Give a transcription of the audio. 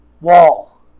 Wall